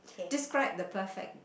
describe the perfect